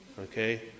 okay